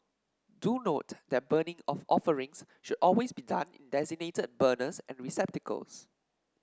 do note that burning of offerings should always be done in designated burners and receptacles